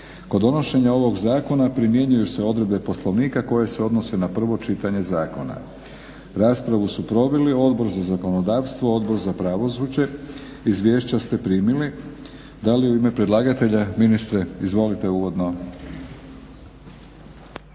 Kod donošenja ovog zakona primjenjuju se odredbe Poslovnika koje se odnose na prvo čitanje zakona. Raspravu su proveli Odbor za zakonodavstvo, Odbor za pravosuđe. Izvješća ste primili. Da li u ime predlagatelja? Ministre izvolite uvodno.